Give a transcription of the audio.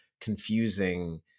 confusing